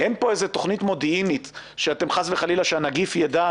אין פה תכנית מודיעינית שהנגיף יידע,